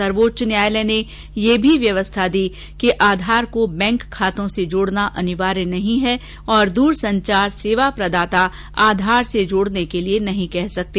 सर्वोच्च न्यायालय ने यह व्यवस्था भी दी कि आधार को बैंक खातों से जोड़ना अनिवार्य नहीं है और द्रसंचार सेवा प्रदाता आधार से जोड़ने के लिए नहीं कह सकते